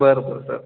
बरं बरं सर